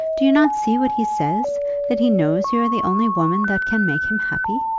do you not see what he says that he knows you are the only woman that can make him happy?